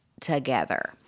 together